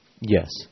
Yes